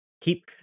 keep